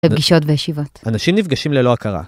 פגישות וישיבות. אנשים נפגשים ללא הכרה.